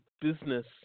business